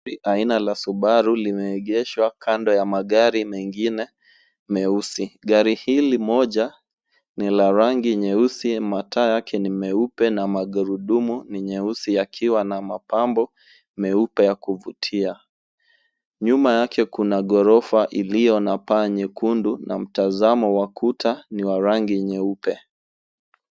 Gari aina la Subaru limeegeshwa kando ya magari mengine meusi. Gari hili moja ni la rangi nyeusi, mataa yake ni meupe na magurudumu ni nyeusi yakiwa na mapambo meupe ya kuvutia. Nyuma yake kuna ghorofa iliyo na paa nyekundu na mtazamo wa kuta ni wa rangi nyeupe.